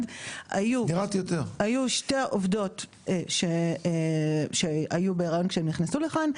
היו שתי עובדות שהיו בהריון כשהן נכנסו לכאן,